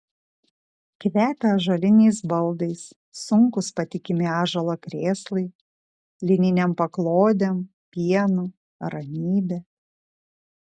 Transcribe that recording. kvepia ąžuoliniais baldais sunkūs patikimi ąžuolo krėslai lininėm paklodėm pienu ramybe